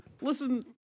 Listen